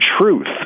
truth